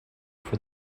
for